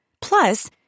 Plus